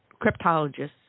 cryptologists